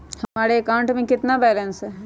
हमारे अकाउंट में कितना बैलेंस है?